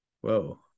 whoa